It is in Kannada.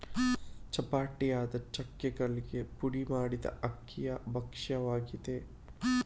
ಚಪ್ಪಟೆಯಾದ ಚಕ್ಕೆಗಳಾಗಿ ಪುಡಿ ಮಾಡಿದ ಅಕ್ಕಿಯ ಭಕ್ಷ್ಯವಾಗಿದೆ